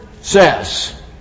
says